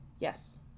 Yes